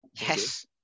Yes